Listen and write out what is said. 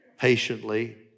patiently